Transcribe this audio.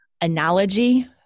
analogy